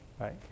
right